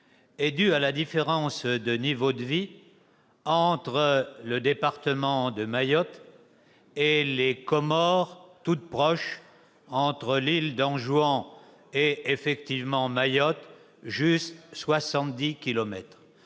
est due à la différence de niveau de vie entre le département de Mayotte et les Comores toutes proches. Entre l'île d'Anjouan et Mayotte, il y a